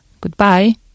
Goodbye